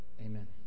Amen